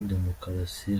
demukarasi